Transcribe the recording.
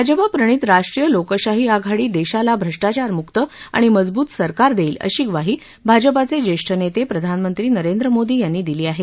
भाजपाप्रणित राष्ट्रीय लोकशाही आघाडी देशाला भ्रष्टाचारमुक्त आणि मजबूत सरकार देईल अशी ग्वाही भाजपाचे ज्येष्ठ नेते प्रधानमंत्री नरेंद्र मोदी यांनी दिली आहे